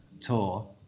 tour